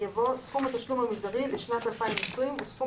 יבוא "סכום התשלום המזערי לשנת 2020 וסכום